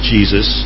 Jesus